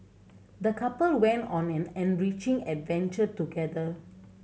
the couple went on an enriching adventure together